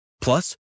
Plus